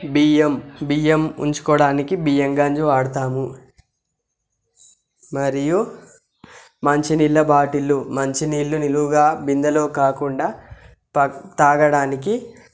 బియ్యం బియ్యం ఉంచుకోవడానికి బియ్యం గంజి వాడుతాము మరియు మంచినీళ్ళ బాటిలు మంచినీళ్ళు నిలువ బిందెలో కాకుండా ప తాగడానికి